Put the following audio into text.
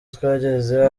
twagezeho